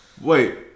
Wait